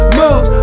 move